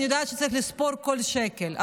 אני יודעת שצריך לספור כל שקל,